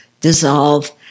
dissolve